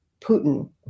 Putin